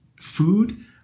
Food